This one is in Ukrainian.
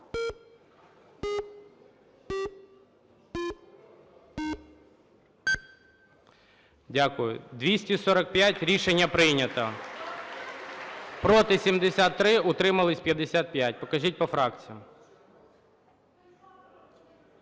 Дякую. 245, рішення прийнято. Проти – 73, утрималось – 55. Покажіть по фракціям.